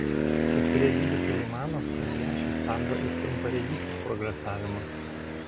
kai kurie gydytojai mano kad lęšiai stabdo ir trumparegystės progresavimą